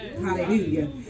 Hallelujah